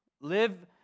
Live